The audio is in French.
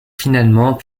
finalement